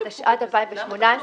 התשע"ט 2018 למה "ביטול קיצור"?